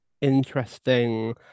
interesting